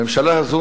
הממשלה הזו